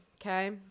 Okay